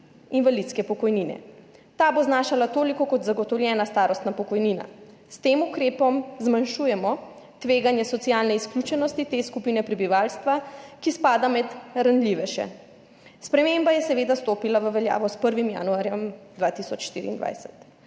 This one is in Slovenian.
invalidske pokojnine. Ta bo znašala toliko kot zagotovljena starostna pokojnina. S tem ukrepom zmanjšujemo tveganje socialne izključenosti te skupine prebivalstva, ki spada med ranljivejše. Sprememba je seveda stopila v veljavo s 1. januarjem 2024.